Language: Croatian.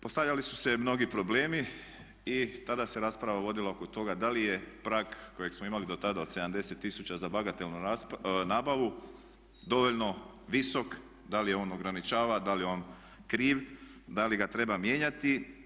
Postavljali su se mnogi problemi i tada se rasprava vodila oko toga da li je prag kojeg smo imali do tada od 70000 za bagatelnu nabavu dovoljno visok, da li on ograničava, da li je on kriv, da li ga treba mijenjati.